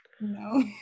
No